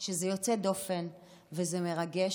שזה יוצא דופן וזה מרגש,